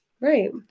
Right